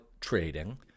trading